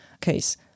case